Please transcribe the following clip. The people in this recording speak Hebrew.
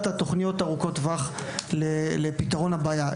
תכניות ארוכות טווח לפתרון הבעיה.